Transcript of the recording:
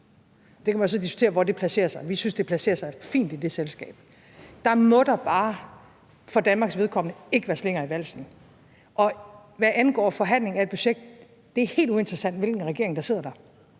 det kan man så diskutere hvor placerer sig; vi synes, det placerer sig fint i det selskab – må der bare for Danmarks vedkommende ikke være slinger i valsen. Og hvad angår forhandling af et budget: Det er helt uinteressant, hvilken regering der sidder, for